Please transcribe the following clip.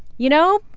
you know,